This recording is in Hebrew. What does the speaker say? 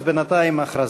בינתיים, הודעה.